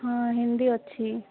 ହଁ ହିନ୍ଦୀ ଅଛି